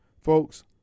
Folks